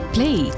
Play